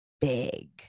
big